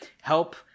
help